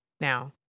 Now